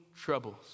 troubles